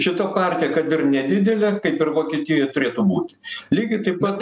šita partija kad ir nedidelė kaip ir vokietijo turėtų būti lygiai taip pat